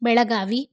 Belagavi